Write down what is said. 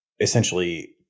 essentially